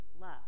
love